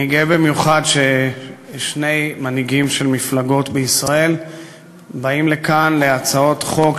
אני גאה במיוחד ששני מנהיגים של מפלגות בישראל באים לכאן בהצעות חוק,